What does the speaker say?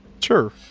sure